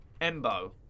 Embo